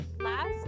last